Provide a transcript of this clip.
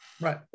Right